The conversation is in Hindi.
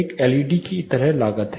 एक एलईडी की तरह लागत है